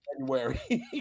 January